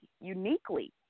uniquely